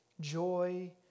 joy